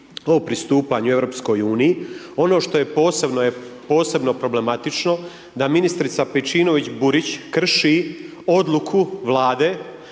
o pristupanju EU-u. Ono što je posebno je posebno problematično da ministrica Pejčinović Burić krši odluku Vlade,